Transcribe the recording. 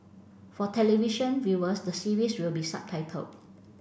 for television viewers the series will be subtitled